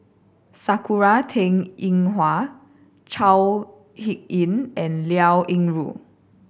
Sakura Teng Ying Hua Chao Hick Tin and Liao Yingru